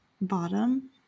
Bottom